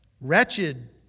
wretched